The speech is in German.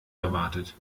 erwartet